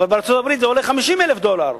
ובארצות-הברית זה עולה 50,000 דולר,